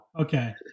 Okay